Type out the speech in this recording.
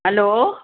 hello